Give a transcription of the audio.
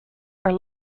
are